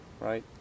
right